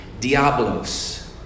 Diablos